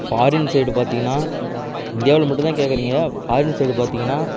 foreign side பார்த்திங்கன்னா இந்தியாவில் மட்டுந்தான் கேட்குறிங்க ஃபாரின் சைடு பார்த்திங்கன்னா